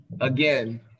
again